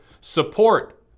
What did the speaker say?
support